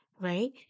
right